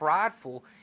prideful